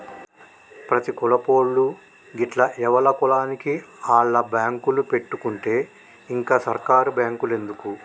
ప్రతి కులపోళ్లూ గిట్ల ఎవల కులానికి ఆళ్ల బాంకులు పెట్టుకుంటే ఇంక సర్కారు బాంకులెందుకు